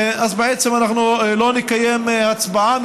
אז בעצם אנחנו לא נקיים הצבעה,